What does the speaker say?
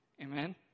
Amen